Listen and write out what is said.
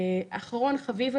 אחרון חביב,